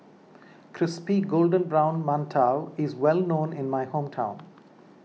Crispy Golden Brown Mantou is well known in my hometown